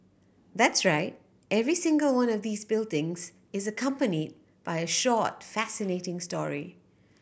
that's right every single one of these buildings is accompanied by a short fascinating story